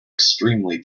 extremely